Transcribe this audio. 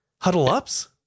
Huddle-ups